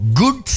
good